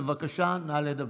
בבקשה, נא לדבר.